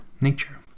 nature